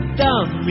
dumb